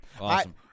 awesome